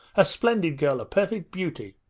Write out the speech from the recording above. a splendid girl, a perfect beauty